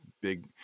big